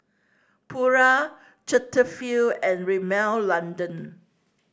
Pura Cetaphil and Rimmel London